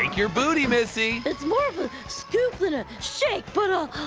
your booty missy! it's more of a stoop than a shake but